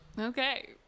okay